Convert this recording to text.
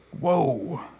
Whoa